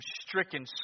stricken